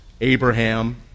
Abraham